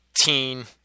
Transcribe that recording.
teen